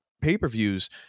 pay-per-views